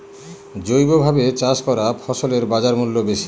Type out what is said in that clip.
জৈবভাবে চাষ করা ফসলের বাজারমূল্য বেশি